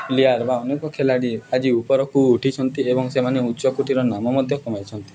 player ବା ଅନେକ ଖେଳାଳି ଆଜି ଉପରକୁ ଉଠିଛନ୍ତି ଏବଂ ସେମାନେ ଉଚ୍ଚ କୋଟିର ନାମ ମଧ୍ୟ କମାଇଛନ୍ତି